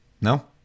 No